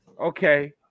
Okay